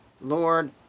Lord